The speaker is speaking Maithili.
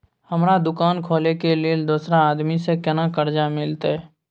हमरा दुकान खोले के लेल दूसरा आदमी से केना कर्जा मिलते?